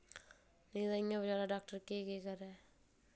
नेईं तां इ'यां बचैरा डाक्टर केह् केह् करै